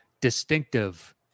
distinctive